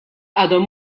għadhom